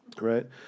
right